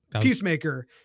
peacemaker